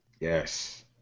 Yes